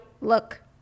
Look